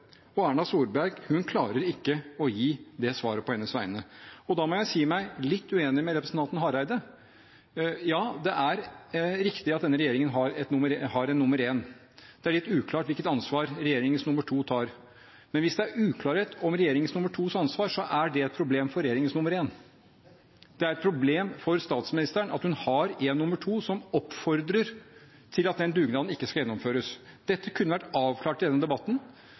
og Erna Solberg klarer ikke å gi det svaret på hennes vegne. Da må jeg si meg litt uenig med representanten Hareide. Ja, det er riktig at denne regjeringen har en nr. 1. Det er litt uklart hvilket ansvar regjeringens nr. 2 tar, men hvis det er uklarhet om regjeringens nr. 2s ansvar, er det et problem for regjeringens nr. 1. Det er et problem for statsministeren at hun har en nr. 2 som oppfordrer til at den dugnaden ikke skal gjennomføres. Dette kunne vært avklart i denne debatten.